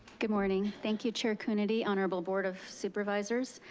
good morning, thank you chair coonerty, honorable board of supervisors.